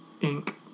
ink